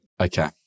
Okay